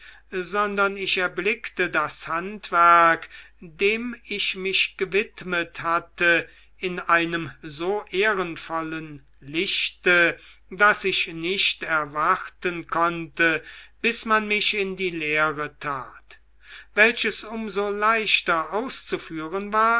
sondern ich erblickte das handwerk dem ich mich gewidmet hatte in einem so ehrenvollen lichte daß ich nicht erwarten konnte bis man mich in die lehre tat welches um so leichter auszuführen war